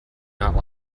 not